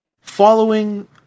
Following